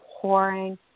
pouring